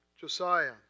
Josiah